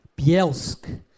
Bielsk